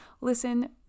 listen